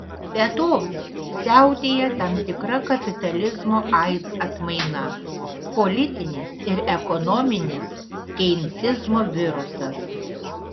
be to siautėja tam tikra kapitalizmo aids atmaina politinis ir ekonominis keinsizmo virusas